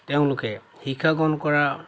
তেওঁলোকে শিক্ষা গ্ৰহণ কৰা